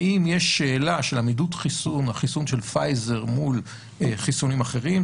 האם יש שאלה של עמידות החיסון של פייזר מול חיסונים אחרים?